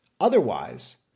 Otherwise